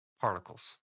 particles